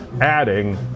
adding